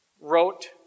wrote